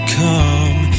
come